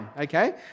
okay